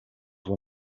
were